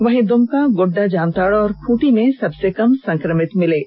वहीं दुमका गोड्डा जामताड़ा व खूंटी में सबसे कम संक्रमित मिले हैं